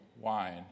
wine